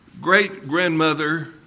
great-grandmother